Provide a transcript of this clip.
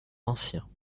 anciens